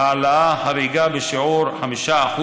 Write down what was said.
העלאה חריגה בשיעור 5%,